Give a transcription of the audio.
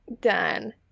done